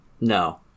No